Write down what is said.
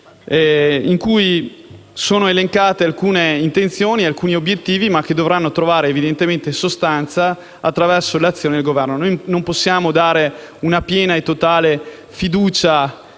in cui sono elencate alcune intenzioni e alcuni obiettivi, che dovranno evidentemente trovare sostanza attraverso l'azione del Governo stesso. Non possiamo perciò dare una piena e totale fiducia